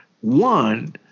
one